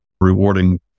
rewarding